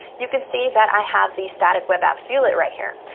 you can see that i have the static web apps view-let right here.